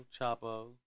Chapo